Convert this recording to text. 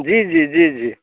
जी जी जी जी